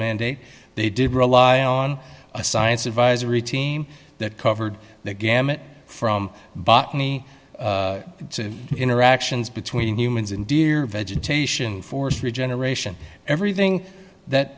mandate they did rely on a science advisory team that covered the gamut from botany to interactions between humans and dear vegetation force regeneration everything that